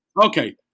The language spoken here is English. Okay